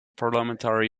parliamentary